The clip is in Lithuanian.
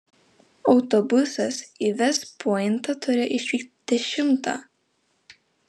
autobusas į vest pointą turėjo išvykti dešimtą